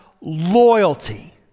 loyalty